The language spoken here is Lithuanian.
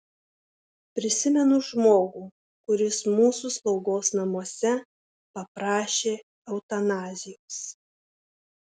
prisimenu žmogų kuris mūsų slaugos namuose paprašė eutanazijos